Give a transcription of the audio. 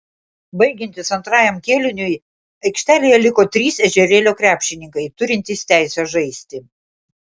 baigiantis antrajam kėliniui aikštelėje liko trys ežerėlio krepšininkai turintys teisę žaisti